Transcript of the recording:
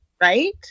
right